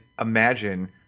imagine